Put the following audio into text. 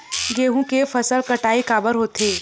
गेहूं के फसल कटाई काबर होथे?